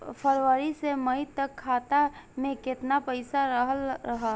फरवरी से मई तक खाता में केतना पईसा रहल ह?